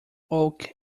oak